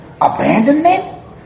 abandonment